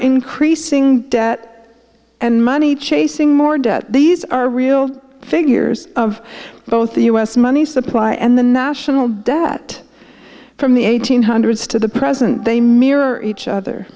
increasing debt and money chasing more debt these are real figures of both the us money supply and the national debt from the eight hundred to the present they mirror each other